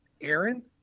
Aaron